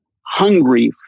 hungry